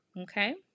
Okay